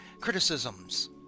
criticisms